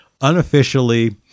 Unofficially